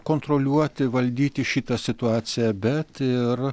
kontroliuoti valdyti šitą situaciją bet ir